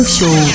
Show